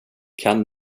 kan